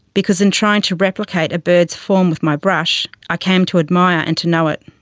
because in trying to replicate a bird's form with my brush, i came to admire and to know it.